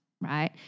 right